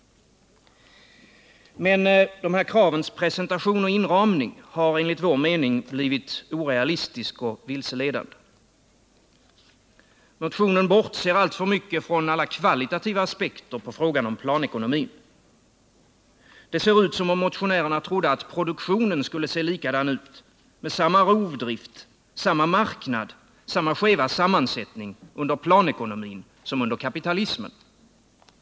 Men kravens presentation och inramning har enligt vår mening blivit orealistisk och vilseledande. Motionen bortser alltför mycket från alla kvalitativa aspekter på frågan om planekonomin. Det ser ut som om motionärerna trodde att produktionen skulle se likadan ut, med samma rovdrift, samma marknad och samma skeva sammansättning, under planekonomin som under kapitalismen.